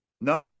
No